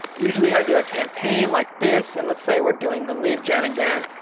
usually i do a campaign like this and let's say we're doing the lead gen again.